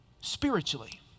spiritually